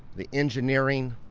the engineering,